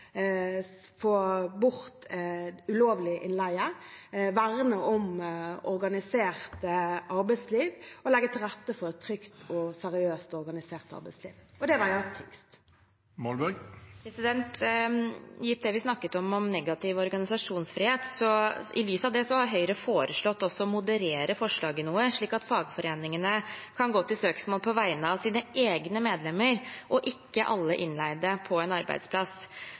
få bort ulovlig innleie, verne om organisert arbeidsliv og legge til rette for et trygt, seriøst og organisert arbeidsliv, og det veier tyngst. Gitt det vi snakket om om negativ organisasjonsfrihet: I lys av det har Høyre foreslått å moderere forslaget noe, slik at fagforeningene kan gå til søksmål på vegne av sine egne medlemmer og ikke alle innleide på en arbeidsplass.